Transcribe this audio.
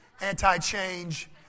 anti-change